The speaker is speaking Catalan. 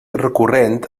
recurrent